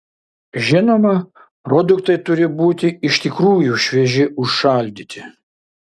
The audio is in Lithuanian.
žinoma produktai turi būti iš tikrųjų švieži užšaldyti